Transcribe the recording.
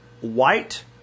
white